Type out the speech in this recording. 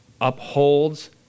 upholds